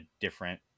different